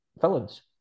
villains